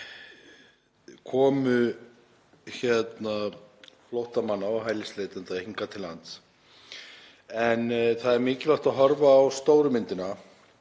komu flóttamanna og hælisleitenda hingað til lands. Það er mikilvægt að horfa á stóru myndina